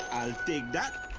think that